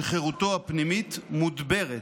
שחירותו הפנימית מודברת,